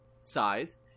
size